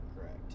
correct